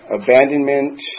abandonment